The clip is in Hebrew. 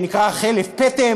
שנקרא "חלף פטם"